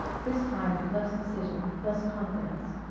this time with less decision, less confidence.